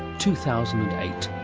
two thousand and eight,